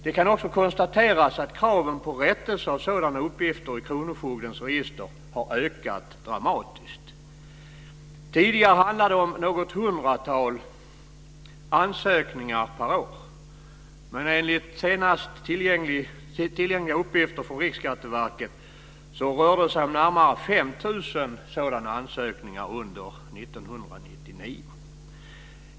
Det kan också konstateras att kraven på rättelse av sådana uppgifter i kronofogdens register har ökat dramatiskt. Tidigare handlade det om något hundratal ansökningar per år. Men enligt senast tillgängliga uppgifter från Riksskatteverket rörde det sig om närmare 5 000 sådana ansökningar under 1999.